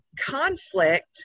conflict